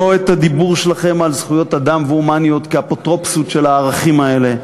לא את הדיבור שלכם על זכויות אדם והומניות כאפוטרופסות של הערכים האלה,